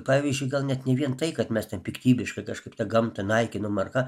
pavyzdžiui gal net ne vien tai kad mes ten piktybiški kažkaip gamtą naikinam ar ką